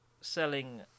selling